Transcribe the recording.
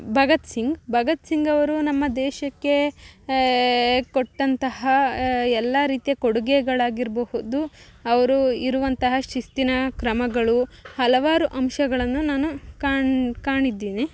ಭಗತ್ಸಿಂಗ್ ಭಗತ್ಸಿಂಗ್ ಅವರು ನಮ್ಮ ದೇಶಕ್ಕೆ ಕೊಟ್ಟಂತಹ ಎಲ್ಲ ರೀತಿಯ ಕೊಡುಗೆಗಳಾಗಿರಬಹುದು ಅವರು ಇರುವಂತಹ ಶಿಸ್ತಿನ ಕ್ರಮಗಳು ಹಲವಾರು ಅಂಶಗಳನ್ನು ನಾನು ಕಾಣು ಕಾಣಿದ್ದಿನಿ